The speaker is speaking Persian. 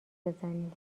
بزنی